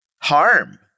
harm